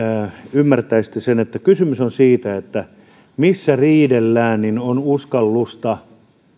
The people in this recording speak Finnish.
ymmärtäisitte sen että kun kysymys on siitä missä riidellään niin on uskallusta